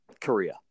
Korea